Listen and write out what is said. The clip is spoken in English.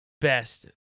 best